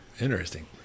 interesting